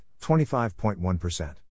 25.1%